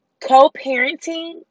co-parenting